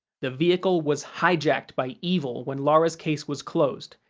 the vehicle was hijacked by evil when laura's case was closed,